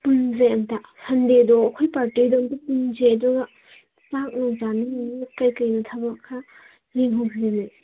ꯄꯨꯟꯁꯦ ꯑꯝꯇ ꯁꯟꯗꯦꯗꯣ ꯑꯩꯈꯣꯏ ꯄꯥꯔꯇꯤꯗꯣ ꯑꯃꯨꯛꯇ ꯄꯨꯟꯁꯦ ꯑꯗꯨꯒ ꯆꯥꯛ ꯅꯨꯡ ꯆꯥꯅꯔꯒ ꯀꯔꯤ ꯀꯔꯤꯅꯣ ꯊꯕꯛ ꯈꯔ ꯌꯦꯡꯍꯧꯁꯦꯃꯤ